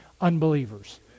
unbelievers